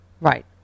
Right